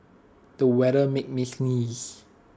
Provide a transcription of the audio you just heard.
the weather made me sneeze